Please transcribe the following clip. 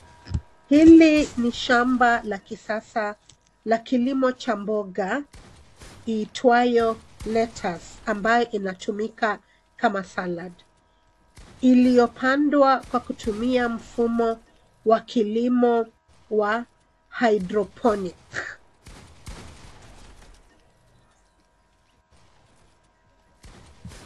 Hili ni shamba la kisasa la kilimo cha mboga iitwayo lettuce amayo inatumika kama salad , iliyopandwa kutumia mfumo wa kilimo wa hydrophonic .